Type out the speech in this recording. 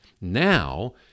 Now